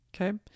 okay